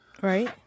right